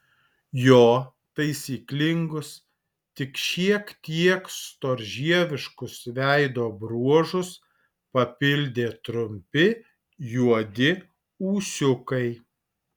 jo taisyklingus tik šiek tiek storžieviškus veido bruožus papildė trumpi juodi ūsiukai